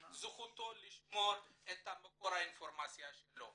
זכותו לשמור את מקור האינפורמציה שלו.